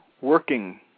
working